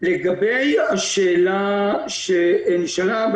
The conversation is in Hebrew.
לגבי השאלה שנשאלה,